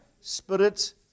spirit